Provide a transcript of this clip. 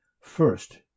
first